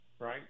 right